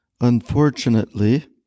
Unfortunately